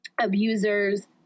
Abusers